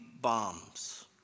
bombs